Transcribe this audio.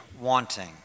wanting